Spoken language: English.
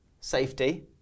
safety